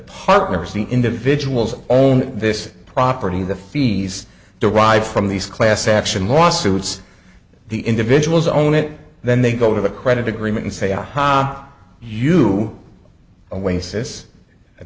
partners the individuals own this property the fees derived from these class action lawsuits the individuals own it then they go to the credit agreement and say aha you awa